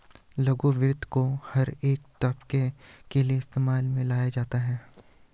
लघु वित्त को हर एक तबके के लिये इस्तेमाल में लाया जाता है